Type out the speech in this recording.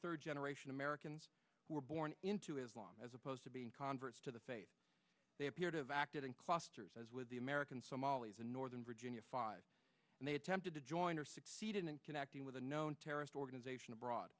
third generation americans were born into as long as opposed to being converts to the faith they appear to have acted in klosters as with the american somalis in northern virginia five and they attempted to join or succeeded in connecting with a known terrorist organization abroad